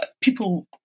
people